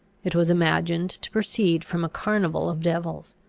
it was imagined to proceed from a carnival of devils.